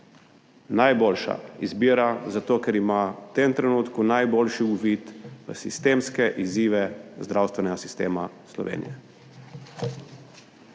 najboljša izbira zato, ker ima v tem trenutku najboljši uvid v sistemske izzive zdravstvenega sistema Slovenije.